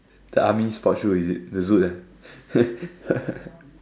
the army sport shoe is it the Zoot ah